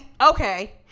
Okay